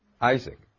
Isaac